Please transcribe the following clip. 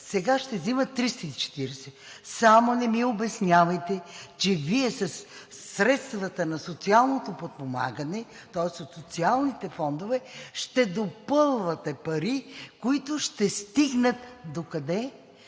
сега ще взимат 340 лв. Само не ми обяснявайте, че Вие със средствата на социалното подпомагане, тоест от социалните фондове ще допълвате пари, които ще стигнат – докъде?